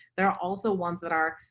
there are also ones that are,